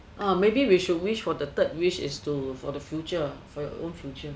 ah maybe we should wish for the third wish is to for the future for your own future